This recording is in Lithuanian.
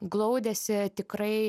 glaudėsi tikrai